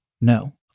No